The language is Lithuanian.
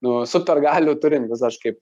nu super galių turintis aš kaip